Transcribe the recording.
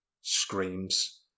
screams